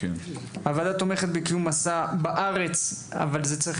הוועדה תומכת בקיום מסע בארץ אבל זה צריך